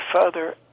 further